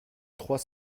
trois